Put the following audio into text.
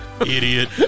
Idiot